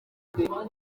umubare